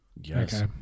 Yes